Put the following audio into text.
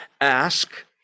Ask